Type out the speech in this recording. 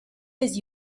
les